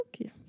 Okay